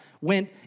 went